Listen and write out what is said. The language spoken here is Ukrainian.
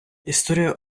історія